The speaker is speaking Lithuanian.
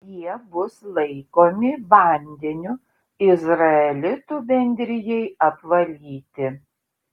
jie bus laikomi vandeniu izraelitų bendrijai apvalyti